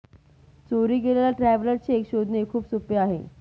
चोरी गेलेला traveller cheque शोधणे खूप सोपे आहे